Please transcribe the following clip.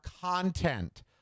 content